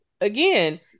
Again